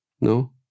No